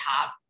top